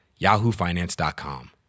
yahoofinance.com